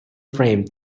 framed